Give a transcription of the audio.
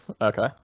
Okay